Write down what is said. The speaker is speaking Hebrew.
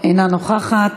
אינה נוכחת.